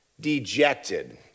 dejected